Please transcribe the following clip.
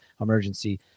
emergency